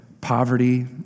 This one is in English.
poverty